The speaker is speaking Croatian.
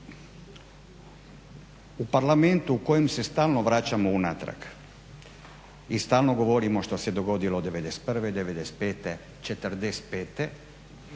u Parlamentu u kojem se stalno vraćamo unatrag i stalno govorimo što se dogodilo '91., '95., '45.,